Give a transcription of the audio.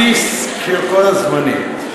שיא של כל הזמנים.